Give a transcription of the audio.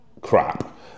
crap